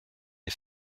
est